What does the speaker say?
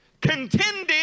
contending